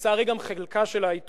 לצערי, גם חלקה של העיתונות.